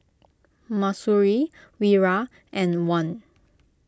Mahsuri Wira and Wan